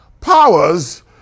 Powers